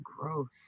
gross